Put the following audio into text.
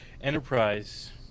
Enterprise